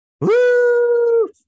Woo